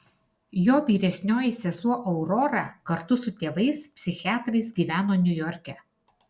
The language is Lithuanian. jo vyresnioji sesuo aurora kartu su tėvais psichiatrais gyveno niujorke